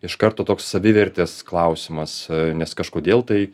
iš karto toks savivertės klausimas nes kažkodėl tai